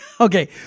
okay